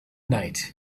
night